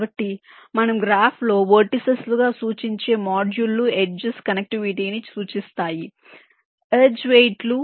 కాబట్టి మనము గ్రాఫ్లో వెర్టిసిస్ లుగా సూచించే మోడ్యూల్ లు ఎడ్జెస్ కనెక్టివిటీని సూచిస్తాయి ఎడ్జ్ వెయిట్ లు